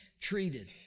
treated